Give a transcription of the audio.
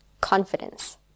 confidence